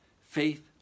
faith